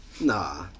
Nah